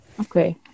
okay